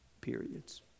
periods